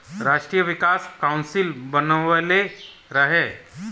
राष्ट्रीय विकास काउंसिल बनवले रहे